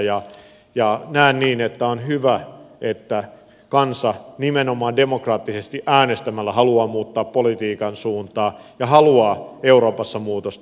ja näen niin että on hyvä että kansa nimenomaan demokraattisesti äänestämällä haluaa muuttaa politiikan suuntaa ja haluaa euroopassa muutosta